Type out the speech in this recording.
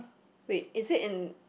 wait is it in